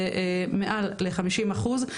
זה מעל ל- 50 אחוז,